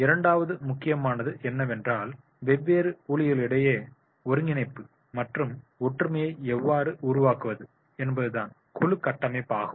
இரண்டாவது முக்கியமானது என்னவென்றால் வெவ்வேறு ஊழியர்களிடையே ஒருங்கிணைப்பு மற்றும் ஒற்றுமையை எவ்வாறு உருவாக்குவது என்பதுதான் குழு கட்டமைப்பாகும்